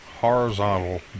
horizontal